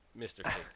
Mr